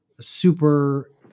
super